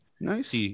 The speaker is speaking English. Nice